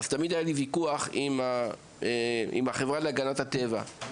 תמיד היה לי ויכוח עם החברה להגנת הטבע.